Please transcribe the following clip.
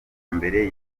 mbere